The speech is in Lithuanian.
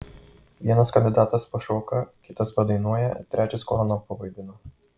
vienas kandidatas pašoka kitas padainuoja trečias klouną pavaidina